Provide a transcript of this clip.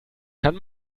kann